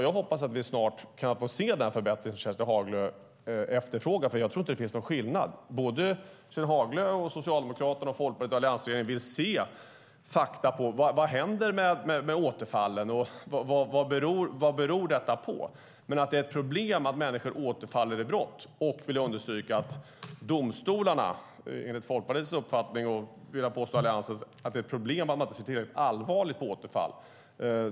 Jag hoppas att vi snart kan få se den förbättring som Kerstin Haglö efterfrågar. Jag tror inte att det finns någon skillnad mellan oss. Både Kerstin Haglö, Socialdemokraterna, Folkpartiet och alliansregeringen vill se fakta på vad som händer i fråga om återfallen och vad de beror på. Men jag vill understryka att det är ett problem att människor återfaller i brott och att domstolarna, enligt Folkpartiets och Alliansens uppfattning, inte ser tillräckligt allvarligt på återfall.